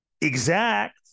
exact